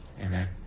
amen